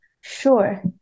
sure